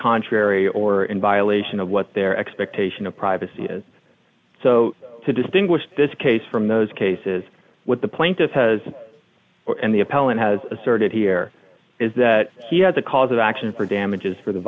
contrary or in violation of what their expectation of privacy is so to distinguish this case from those cases what the plaintiff has and the appellant has asserted here is that he has a cause of action for damages for the